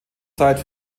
zeit